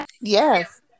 Yes